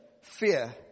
fear